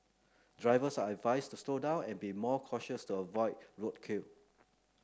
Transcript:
drivers are advised to slow down and be more cautious to avoid roadkill